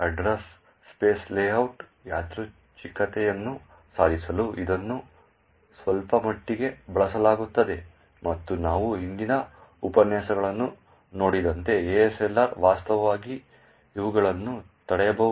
address space layout ಯಾದೃಚ್ಛಿಕತೆಯನ್ನು ಸಾಧಿಸಲು ಇದನ್ನು ಸ್ವಲ್ಪಮಟ್ಟಿಗೆ ಬಳಸಲಾಗುತ್ತದೆ ಮತ್ತು ನಾವು ಹಿಂದಿನ ಉಪನ್ಯಾಸಗಳನ್ನು ನೋಡಿದಂತೆ ASLR ವಾಸ್ತವವಾಗಿ ಇವುಗಳನ್ನು ತಡೆಯಬಹುದು